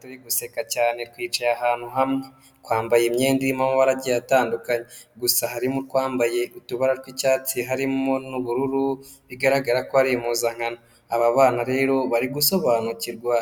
Turi guseka cyane twicaye ahantu hamwe twambaye imyenda y'amabara agiye atandukanye gusa harimo utwambaye utubara tw'icyatsi harimo n'ubururu bigaragara ko ari impuzankano. Aba bana rero bari gusobanurirwa